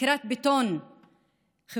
תקרת בטון חברתית-כלכלית.